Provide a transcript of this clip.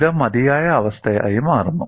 ഇത് മതിയായ അവസ്ഥയായി മാറുന്നു